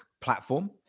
platform